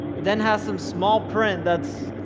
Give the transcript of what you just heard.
then has some small print that's,